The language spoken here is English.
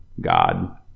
god